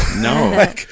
No